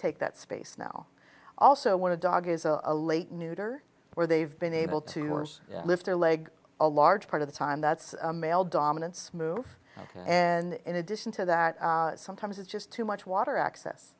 take that space now also want to dog is a a late neuter where they've been able to force lift her leg a large part of the time that's a male dominance move and in addition to that sometimes it's just too much water access